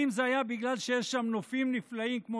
האם זה היה בגלל שיש שם נופים נפלאים כמו